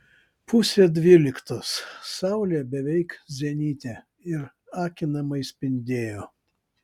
pusė dvyliktos saulė beveik zenite ir akinamai spindėjo